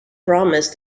promised